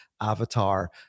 avatar